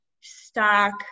stock